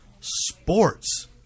sports